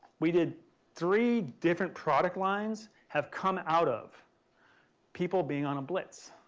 we did three different product lines have come out of people being on a blitz.